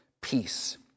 peace